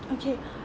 okay